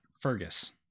Fergus